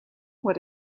what